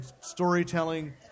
storytelling